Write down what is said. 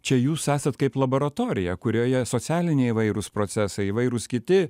čia jūs esat kaip laboratorija kurioje socialiniai įvairūs procesai įvairūs kiti